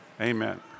Amen